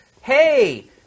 hey